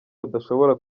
badashobora